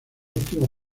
últimos